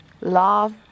love